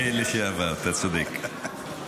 לשעבר, אתה צודק.